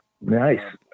Nice